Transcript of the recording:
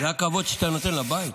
זה הכבוד שאתה נותן לבית?